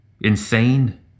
Insane